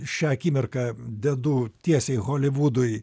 šią akimirką dedu tiesiai holivudui